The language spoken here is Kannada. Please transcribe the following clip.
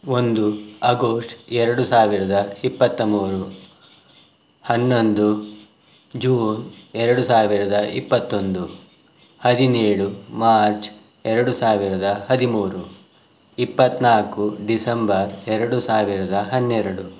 ಒಂದು ಆಗೋಸ್ಟ್ ಎರಡು ಸಾವಿರದ ಇಪ್ಪತ್ತ ಮೂರು ಹನ್ನೊಂದು ಜೂನ್ ಎರಡು ಸಾವಿರದ ಇಪ್ಪತ್ತೊಂದು ಹದಿನೇಳು ಮಾರ್ಚ್ ಎರಡು ಸಾವಿರದ ಹದಿಮೂರು ಇಪ್ಪತ್ತ್ನಾಲ್ಕು ಡಿಸೆಂಬರ್ ಎರಡು ಸಾವಿರದ ಹನ್ನೆರಡು